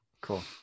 Cool